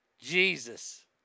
Jesus